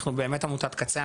אנחנו באמת עמותת קצה.